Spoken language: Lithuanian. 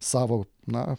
savo na